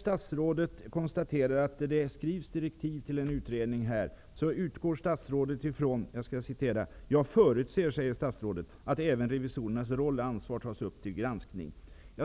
Statsrådet konstaterar att det skrivs direktiv till en utredning. Statsrådet sade i sitt frågesvar: ''Jag förutser att även revisorernas roll och ansvar tas upp till granskning.'' Är